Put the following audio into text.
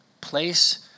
place